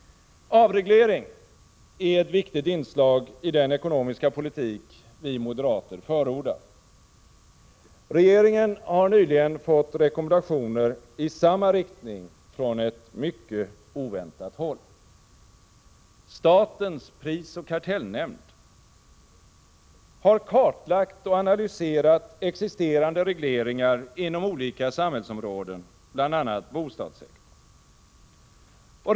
Avreglering är ett viktigt inslag i den ekonomiska politik vi moderater förordar. Regeringen har nyligen fått rekommendationer i samma riktning från ett mycket oväntat håll. Statens prisoch kartellnämnd har kartlagt och analyserat existerande regleringar inom olika samhällsområden, bl.a. bostadssektorn.